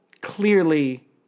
clearly